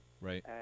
Right